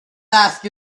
ask